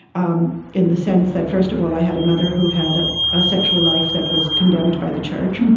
um in the sense that, first of all, i had a mother who had a sexual life that was condemned by the church.